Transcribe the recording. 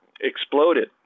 exploded